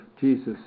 Jesus